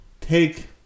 take